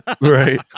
Right